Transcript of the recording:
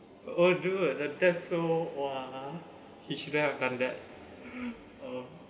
orh dude the test so !wah! he shouldn't have done that oh